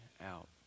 out